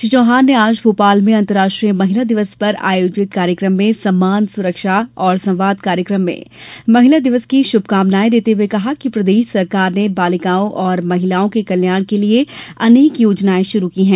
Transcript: श्री चौहान ने आज भोपाल में अंतर्राष्ट्रीय महिला दिवस पर आयोजित कार्यक्रम में सम्मान सुरक्षा और संवाद कार्यक्रम में महिला दिवस की शुभकामनाएं देते हुए कहा कि प्रदेश सरकार ने बालिकाओं और महिलाओं के कल्याण के लिये अनेकों योजनाएं शुरू की हैं